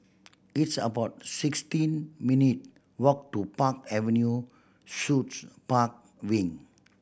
it's about sixteen minute walk to Park Avenue Suites Park Wing